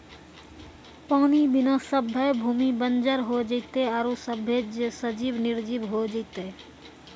पानी बिना सभ्भे भूमि बंजर होय जेतै आरु सभ्भे सजिब निरजिब होय जेतै